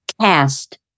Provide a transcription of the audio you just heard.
cast